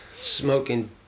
smoking